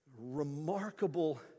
remarkable